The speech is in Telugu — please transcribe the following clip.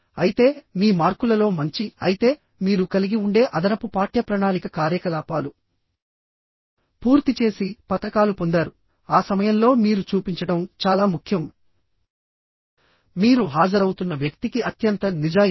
అయితే మీ మార్కులలో మంచి అయితే మీరు కలిగి ఉండే అదనపు పాఠ్యప్రణాళిక కార్యకలాపాలు పూర్తి చేసి పతకాలు పొందారు ఆ సమయంలో మీరు చూపించడం చాలా ముఖ్యం మీరు హాజరవుతున్న వ్యక్తికి అత్యంత నిజాయితీ